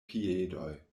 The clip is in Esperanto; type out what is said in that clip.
piedoj